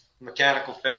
mechanical